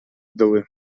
дылы